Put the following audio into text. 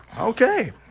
Okay